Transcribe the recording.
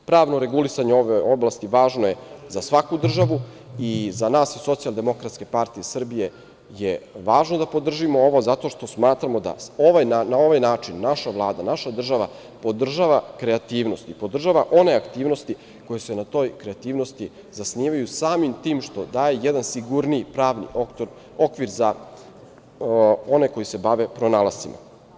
Pravno regulisanje ove oblasti važno je za svaku državu i za nas iz Socijaldemokratske partije Srbije je važno da podržimo ovo zato što smatramo da na ovaj način naša Vlada, naša država, podržava kreativnost i podržava one aktivnosti koje se na toj kreativnosti zasnivaju, samim tim što daju jedan sigurniji pravni okvir za one koji se bave pronalascima.